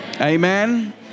Amen